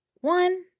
one